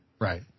Right